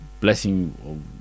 blessing